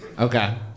Okay